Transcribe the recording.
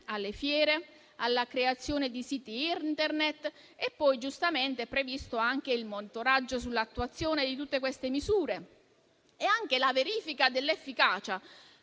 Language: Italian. alle fiere, alla creazione di siti Internet; poi giustamente è previsto anche il monitoraggio sull'attuazione di tutte queste misure e la verifica dell'efficacia,